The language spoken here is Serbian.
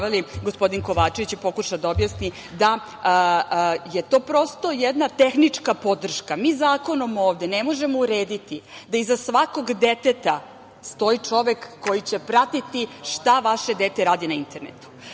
gospodin Kovačević je pokušao da objasni da je to prosto jedna tehnička podrška. Mi zakonom ovde ne možemo urediti da iza svakog deteta stoji čovek koji će pratiti šta vaše dete radi na internetu.